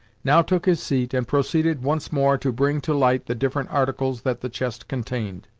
now took his seat and proceeded once more to bring to light the different articles that the chest contained.